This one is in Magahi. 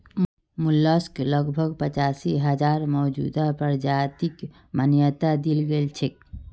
मोलस्क लगभग पचासी हजार मौजूदा प्रजातिक मान्यता दील गेल छेक